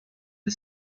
the